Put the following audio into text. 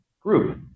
group